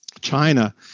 China